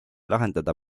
lahendada